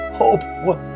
hope